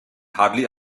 hardly